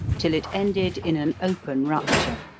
till it ended in an open rupture,